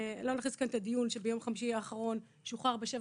לא נכניס כאן את הדיון שביום חמישי האחרון שוחרר בשבע